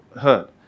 heard